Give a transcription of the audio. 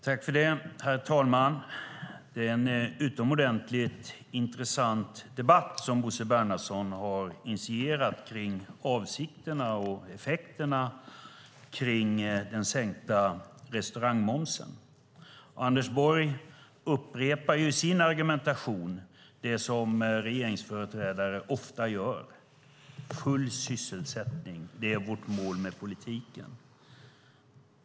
Herr talman! Det är en utomordentligt intressant debatt som Bo Bernhardsson initierat kring avsikterna med och effekterna av den sänkta restaurangmomsen. Anders Borg upprepar sin argumentation, som regeringsföreträdare ofta använder: Full sysselsättning är målet med politiken.